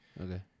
okay